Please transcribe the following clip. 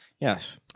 Yes